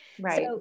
Right